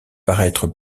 paraître